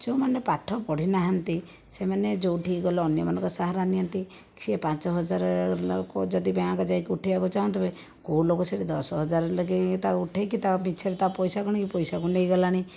ଯେଉଁମାନେ ପାଠ ପଢ଼ିନାହାନ୍ତି ସେମାନେ ଯେଉଁଠିକି ଗଲେ ଅନ୍ୟମାନଙ୍କ ସାହାରା ନିଅନ୍ତି ସିଏ ପାଞ୍ଚହଜାର ହେଲାବେଳକୁ ଯଦି ବ୍ୟାଙ୍କ ଯାଇକି ଉଠାଇବାକୁ ଚାହୁଁଥିବେ କେଉଁ ଲୋକ ସେଠି ଦଶହଜାର ଲେଖିକି ତାକୁ ଉଠାଇକି ତା ମିଛରେ ତା ପଇସା ଗଣିକି ପଇସାକୁ ନେଇ ଗଲାଣି